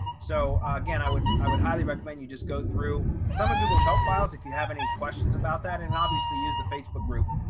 so again, i would i would highly recommend you just go through some of google's help files. if you have any questions about that. and obviously use the facebook group,